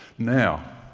now,